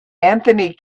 anthony